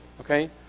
okay